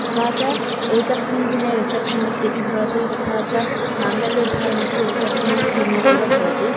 तथा च एकस्मिन् दिने रिसेप्शन् इत्यपि भवति तथा च माङ्गल्यधारणम् अपि एकस्मिन् दिने एव भवति